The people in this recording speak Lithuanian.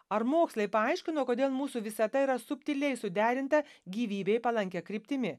ar mokslai paaiškino kodėl mūsų visata yra subtiliai suderinta gyvybei palankia kryptimi